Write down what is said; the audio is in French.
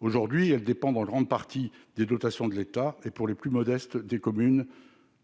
aujourd'hui elles dépendent en grande partie des dotations de l'État et pour les plus modestes, des communes,